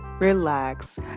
Relax